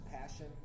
passion